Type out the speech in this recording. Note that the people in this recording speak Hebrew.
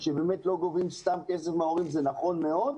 שלא גובים סתם כסף מן ההורים זה נכון מאוד.